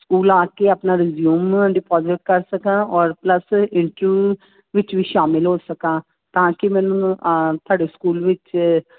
school ਆ ਕੇ ਆਪਣਾ ਰਿਜਿਊਮ ਡਿਪੋਜਿਟ ਕਰ ਸਕਾਂ ਔਰ ਪਲੱਸ ਇੰਟਰਵਿਊ ਵਿੱਚ ਵੀ ਸ਼ਾਮਿਲ ਹੋ ਸਕਾਂ ਤਾਂ ਕਿ ਮੈਨੂੰ ਤੁਹਾਡੇ ਸਕੂਲ ਵਿੱਚ